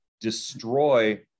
destroy